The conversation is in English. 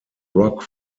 rock